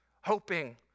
hoping